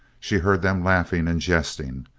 she heard them laughing and jesting.